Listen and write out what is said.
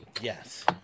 Yes